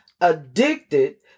addicted